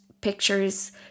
pictures